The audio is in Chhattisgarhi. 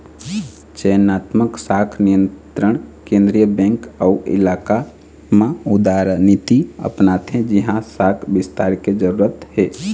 चयनात्मक शाख नियंत्रन केंद्रीय बेंक ओ इलाका म उदारनीति अपनाथे जिहाँ शाख बिस्तार के जरूरत हे